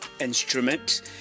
instrument